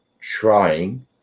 trying